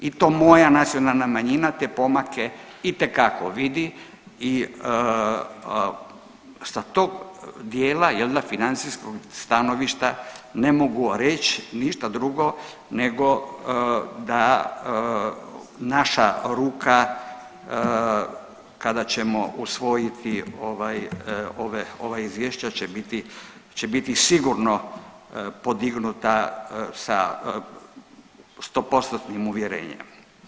I to moja nacionalna manjina te pomake itekako vidi i sa tog dijela financijskog stanovišta ne mogu reći ništa drugo nego da naša ruka kada ćemo usvojiti ova izvješća će biti sigurno podignuta sa sto postotnim uvjerenjem.